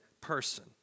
person